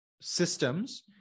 systems